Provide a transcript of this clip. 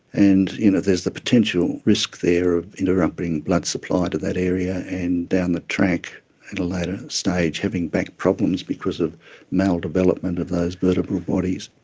and you know there's the potential risk there of interrupting blood supply to that area, and down the track at a later stage having back problems because of maldevelopment of those vertebral bodies.